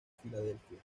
filadelfia